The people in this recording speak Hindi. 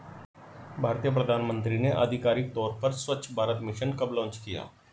भारतीय प्रधानमंत्री ने आधिकारिक तौर पर स्वच्छ भारत मिशन कब लॉन्च किया?